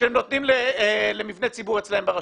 שהם נותנים למבני ציבור אצלם ברשות.